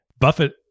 Buffett